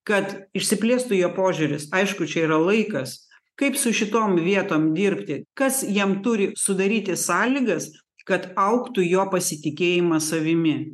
kad išsiplėstų jo požiūris aišku čia yra laikas kaip su šitom vietom dirbti kas jam turi sudaryti sąlygas kad augtų jo pasitikėjimas savimi